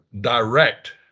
direct